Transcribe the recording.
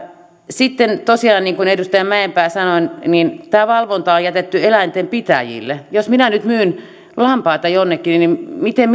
sitten tosiaan niin kuin edustaja mäkipää sanoi tämä valvonta on jätetty eläinten pitäjille jos minä nyt myyn lampaita jonnekin niin miten